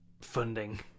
funding